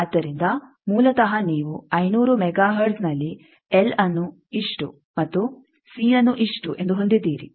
ಆದ್ದರಿಂದ ಮೂಲತಃ ನೀವು 500 ಮೆಗಾ ಹರ್ಟ್ಜ್ನಲ್ಲಿ ಎಲ್ಅನ್ನು ಇಷ್ಟು ಮತ್ತು ಸಿಅನ್ನು ಇಷ್ಟು ಎಂದು ಹೊಂದಿದ್ದೀರಿ